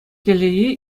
телее